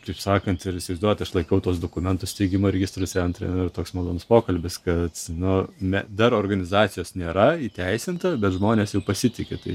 taip sakant ir įsivaizduojat aš laikau tuos dokumentus steigimo registrų centre ir toks malonus pokalbis kad nu dar organizacijos nėra įteisinta bet žmonės pasitiki tai